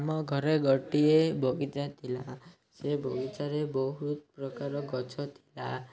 ଆମ ଘରେ ଗୋଟିଏ ବଗିଚା ଥିଲା ସେ ବଗିଚାରେ ବହୁତ ପ୍ରକାର ଗଛ ଥିଲା